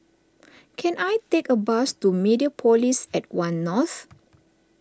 can I take a bus to Mediapolis at one North